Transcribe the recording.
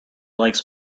likes